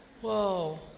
Whoa